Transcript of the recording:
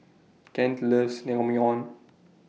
Kent loves Naengmyeon